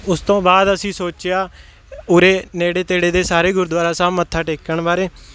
ਉਸ ਤੋਂ ਬਾਅਦ ਅਸੀਂ ਸੋਚਿਆ ਉਰੇ ਨੇੜੇ ਤੇੜੇ ਦੇ ਸਾਰੇ ਗੁਰਦੁਆਰਾ ਸਾਹਿਬ ਮੱਥਾ ਟੇਕਣ ਬਾਰੇ